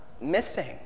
missing